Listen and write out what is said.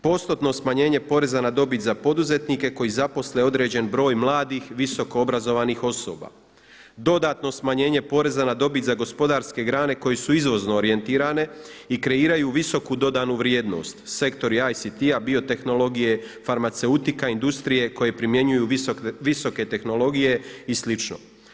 Postotno smanjenje poreza na dobit za poduzetnike koji zaposle određen broj mladih visokoobrazovanih osoba, dodatno smanjenje poreza na dobit za gospodarske grane koje su izvozno orijentirane i kreiraju visoku dodanu vrijednost, sektor ICT-a, biotehnologije, farmaceutike, industrije koje primjenjuju visoke tehnologije i slično.